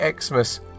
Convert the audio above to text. Xmas